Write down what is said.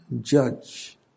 judge